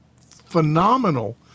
phenomenal